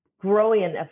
growing